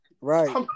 Right